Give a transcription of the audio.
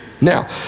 now